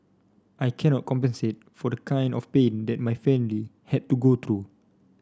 I cannot compensate for the kind of pain that my family had to go through